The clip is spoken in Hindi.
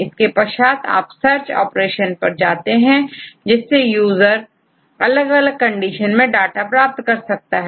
इसके पश्चात आप आप सब सर्च ऑप्शंस पर जाते हैं जिससे यूजर अलग अलग कंडीशन में डाटा प्राप्त कर सकता है